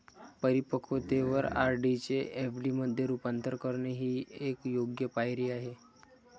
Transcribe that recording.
परिपक्वतेवर आर.डी चे एफ.डी मध्ये रूपांतर करणे ही एक योग्य पायरी आहे